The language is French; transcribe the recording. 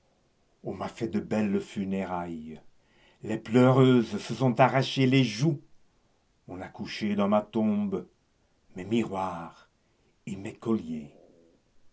on m'a fait de belles funérailles les pleureuses se sont arraché les joues on a couché dans ma tombe mes miroirs et mes colliers